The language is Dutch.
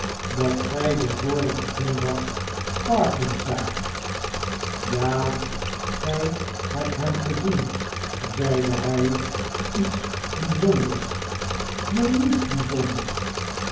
dat gg den vorigen zondag parkins zaagt ja gij hebt hem gezien zeide hy iets bjjzonders neen niets bjzonders